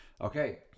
Okay